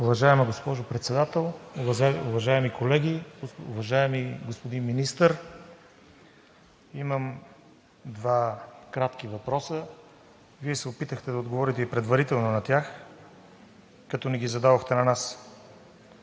Уважаема госпожо Председател, уважаеми колеги! Уважаеми господин Министър, имам два кратки въпроса. Вие се опитахте да отговорите и предварително на тях, като ни ги зададохте на нас.